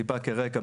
טיפה כרקע.